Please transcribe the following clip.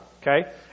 Okay